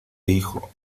hijo